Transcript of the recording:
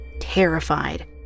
terrified